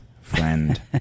friend